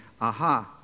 Aha